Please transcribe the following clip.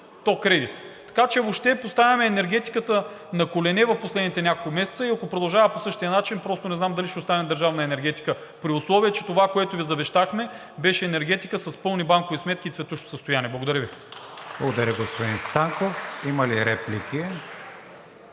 то кредит. Така че въобще поставяме енергетиката на колене в последните няколко месеца и ако продължава по същия начин, просто не знам дали ще остане държавна енергетика, при условие че това, което Ви завещахме, беше енергетика с пълни банкови сметки и цветущо състояние. Благодаря Ви. (Ръкопляскания от ГЕРБ-СДС.)